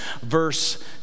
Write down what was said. Verse